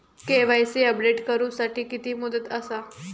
KYC update करू साठी किती मुदत आसा?